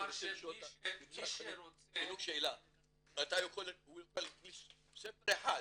תן לי ספר אחד